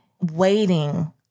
waiting